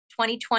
2020